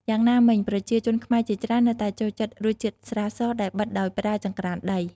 យ៉ាងណាមិញ ប្រជាជនខ្មែរជាច្រើននៅតែចូលចិត្តរសជាតិស្រាស ដែលបិតដោយប្រើចង្រ្កានដី។